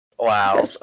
Wow